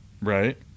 Right